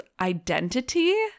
identity